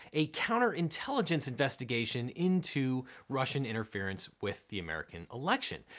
a counter-intelligence investigation into russian interference with the american election.